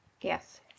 Yes